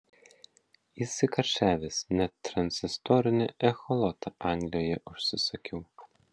įsikarščiavęs net tranzistorinį echolotą anglijoje užsisakiau